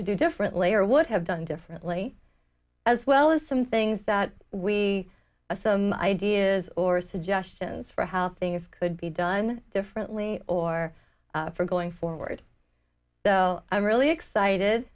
to do differently or would have done differently as well as some things that we a some ideas or suggestions for how things could be done differently or for going forward so i'm really excited